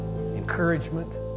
encouragement